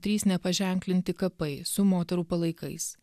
trys nepaženklinti kapai su moterų palaikais